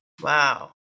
Wow